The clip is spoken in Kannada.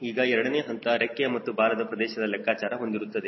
ಈಗ ಎರಡನೇ ಹಂತ ರೆಕ್ಕೆಯ ಮತ್ತು ಬಾಲದ ಪ್ರದೇಶದ ಲೆಕ್ಕಾಚಾರ ಹೊಂದಿರುತ್ತದೆ